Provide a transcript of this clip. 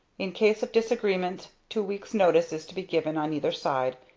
in case of disagreement two weeks' notice is to be given on either side,